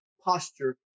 posture